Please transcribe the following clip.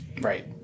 Right